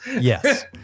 Yes